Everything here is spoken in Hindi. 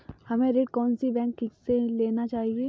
हमें ऋण कौन सी बैंक से लेना चाहिए?